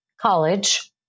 college